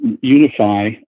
unify